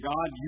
God